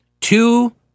two